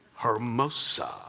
Hermosa